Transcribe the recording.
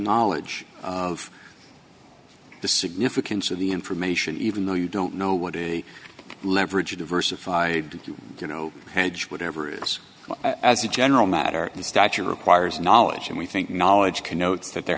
knowledge of the significance of the information even though you don't know what a leverage a diversified you know whatever it is as a general matter and stature requires knowledge and we think knowledge connotes that there